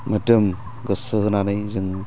मोदोम गोसो होनानै जोङो